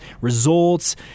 results